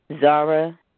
Zara